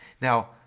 Now